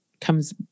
comes